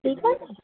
ठीक ऐ